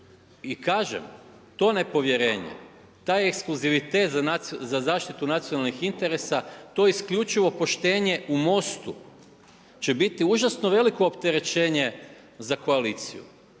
I kažem to nepovjerenje, taj ekskluzivitet za zaštitu nacionalnih interesa, to isključivo poštenje u MOST-u će biti užasno veliko opterećenje za koaliciju.